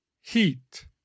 heat